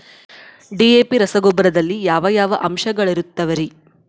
DAP ರಸಗೊಬ್ಬರದಲ್ಲಿ ಯಾವ ಯಾವ ಅಂಶಗಳಿರುತ್ತವರಿ?